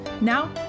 Now